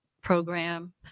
program